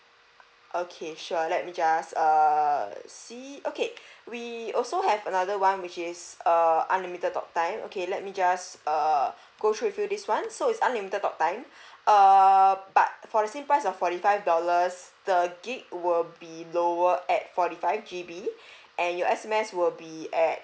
okay sure let me just err see okay we also have another one which is err unlimited talk time okay let me just err go through with you this one so it's unlimited talk time uh but for the same price of forty five dollars the gig will be lower at forty five G_B and your S_M_S will be at